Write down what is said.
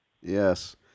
Yes